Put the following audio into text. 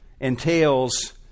entails